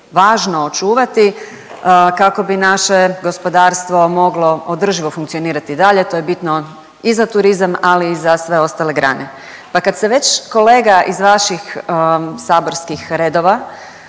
važno očuvati kako bi naše gospodarstvo moglo održivo funkcionirati i dalje, to je bitno i za turizam, ali i za sve ostale grane. Pa kad se već kolega iz vaših saborskih redova